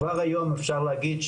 כבר היום אפשר להגיד,